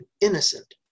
innocent